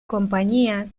compañía